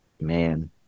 man